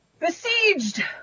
Besieged